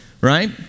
right